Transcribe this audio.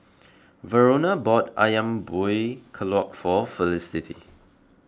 Verona bought Ayam Buah Keluak for Felicity